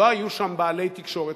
לא היו שם בעלי תקשורת.